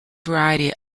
variety